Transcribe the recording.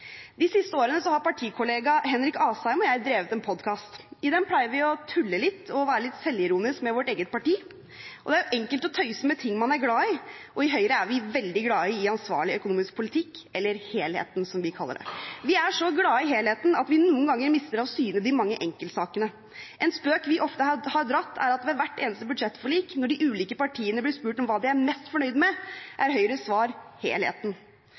De siste årene har partikollega Henrik Asheim og jeg drevet en podkast. I den pleier vi å tulle litt og være litt selvironiske med vårt eget parti. Det er enkelt å tøyse med ting man er glad i, og i Høyre er vi veldig glade i ansvarlig økonomisk politikk – eller helheten, som vi kaller det. Vi er så glade i helheten at vi noen ganger mister av syne de mange enkeltsakene. En spøk vi ofte har dratt, er at ved hvert eneste budsjettforlik, når de ulike partiene blir spurt om hva de er mest fornøyd med, er Høyres svar